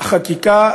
החקיקה